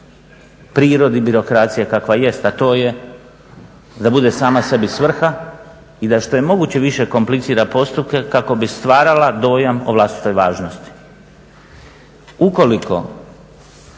prirodi birokracije kakva jest, a to je da bude sama sebi svrha i da što je moguće više komplicira postupke kako bi stvarala dojam o vlastitoj važnosti. Ukoliko